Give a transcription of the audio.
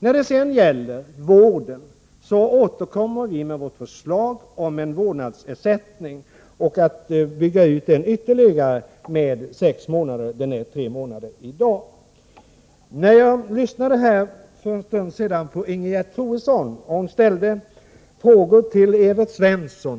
När det gäller vården återkommer vi med vårt förslag om en vårdnadsersättning och att den period under vilken ersättning utgår skall byggas ut ytterligare med sex månader. Den är i dag tre månader. Jag lyssnade för en stund sedan på Ingegerd Troedsson, när hon ställde frågor till Evert Svensson.